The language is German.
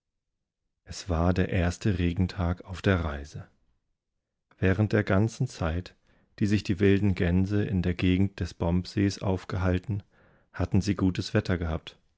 es war der erste regentag auf der reise während der ganzen zeit die sich die wilden gänse in der gegend des bombsees aufgehalten hatten sie gutes wettergehabt